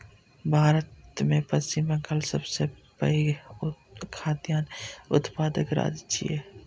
भारत मे पश्चिम बंगाल सबसं पैघ खाद्यान्न उत्पादक राज्य छियै